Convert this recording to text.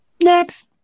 Next